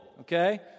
okay